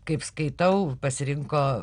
kaip skaitau pasirinko